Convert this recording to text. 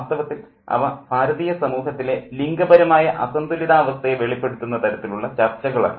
വാസ്തവത്തിൽ അവ ഭാരതീയ സമൂഹത്തിലെ ലിംഗപരമായ അസന്തുലിതാവസ്ഥയെ വെളിപ്പെടുത്തുന്ന തരത്തിലുള്ള ചർച്ചകളാണ്